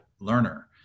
learner